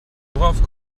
worauf